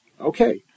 Okay